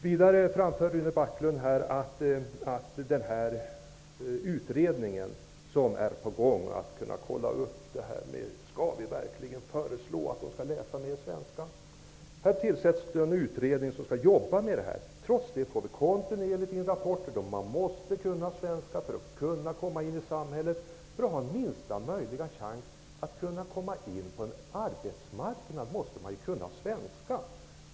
Vidare hänvisade Rune Backlund till den utredning som har tillsatts och som har i uppdrag att se närmare på om vi verkligen skall föreslå att flyktingarna skall läsa mer svenska. Här tillsätts då en utredning som skall arbeta med de här frågorna. Trots det får vi kontinuerligt in rapporter om att man måste kunna svenska för att kunna komma in i samhället. För att ha minsta chans att komma in på arbetsmarknaden måste man ju kunna svenska!